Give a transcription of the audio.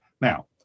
Now